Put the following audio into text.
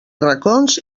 racons